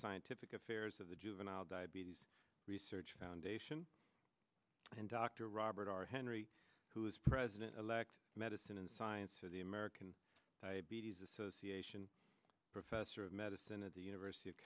scientific affairs of the juvenile diabetes research foundation and dr robert r henry who is president elect medicine and science of the american diabetes association professor of medicine at the university of